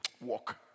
Walk